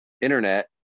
internet